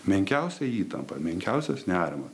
menkiausia įtampa menkiausias nerimas